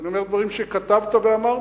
ואני אומר דברים שכתבת ואמרת.